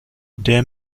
der